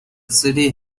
city